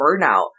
burnout